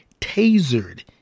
tasered